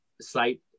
site